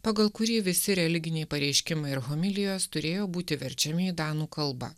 pagal kurį visi religiniai pareiškimai ir homilijos turėjo būti verčiami į danų kalbą